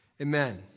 Amen